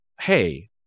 hey